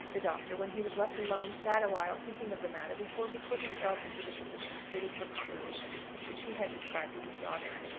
the doctor, when he was left alone, sat a while thinking of the matter before he put himself into the position fitted for composition which he had described to his daughter.